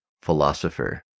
philosopher